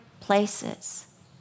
places